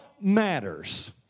matters